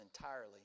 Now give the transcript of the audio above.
entirely